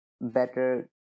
better